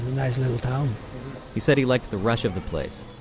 nice little town he said he liked the rush of the place,